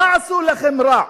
מה עשו לכם רע?